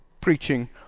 preaching